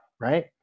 Right